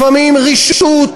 לפעמים רשעות,